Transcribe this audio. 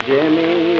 Jimmy